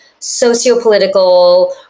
sociopolitical